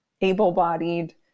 able-bodied